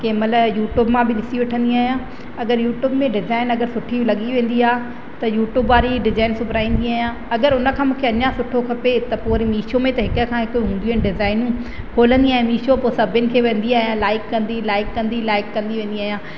कंहिं महिल यूट्यूब मां बि ॾिसी वठंदी आहियां अगरि यूट्यूब में डिज़ाइन अगरि सुठी लॻी वेंदी आहे त यूट्यूब वारी डिज़ाइन सुबराईंदी आहियां अगरि उन खां मूंखे अञा सुठो खपे त पोइ वरी मिशो में त हिकु खां हिकु हूंदियूं आहिनि डिज़ाइनूं खोलींदी आहियां मिशो पोइ सभिनि खे वेंदी आहियां लाइक कंदी लाइक कंदी लाइक कंदी वेंदी आहियां